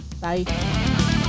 bye